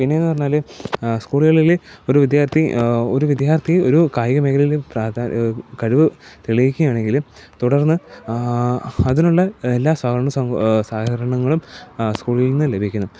പിന്നെ എന്ന് പറഞ്ഞാൽ സ്കൂളുകളിൽ ഒരു വിദ്യാർത്ഥി ഒരു വിദ്യാർത്ഥി ഒരു കായിക മേഖലയിൽ കഴിവ് തെളിയിക്കുകയാണെങ്കിൽ തുടർന്ന് ആ അതിനുള്ള എല്ലാ സഹകരണ സഹകരണങ്ങളും ആ സ്കൂളിൽനിന്ന് ലഭിക്കുന്നു